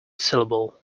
syllable